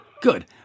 good